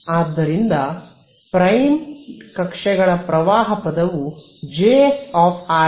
ಆದ್ದರಿಂದ ಪ್ರೈಮ್ಡ್ ಕಕ್ಷೆಗಳ ಪ್ರವಾಹ ಪದವು ಜೆಎಸ್ ಆರ್